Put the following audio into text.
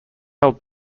held